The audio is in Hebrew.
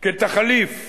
כתחליף